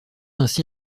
ainsi